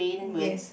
yes